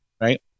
right